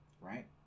right